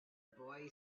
boy